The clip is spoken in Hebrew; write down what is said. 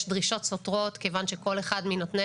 יש דרישות סותרות כיוון שכל אחד מנותני